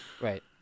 Right